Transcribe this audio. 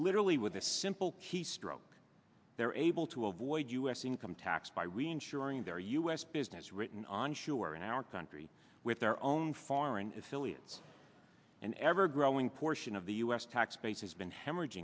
literally with a simple keystroke they're able to avoid us income tax by we ensuring their u s business written on sure in our country with their own foreign affiliates an ever growing portion of the u s tax base has been hemorrhag